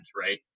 Right